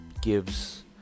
gives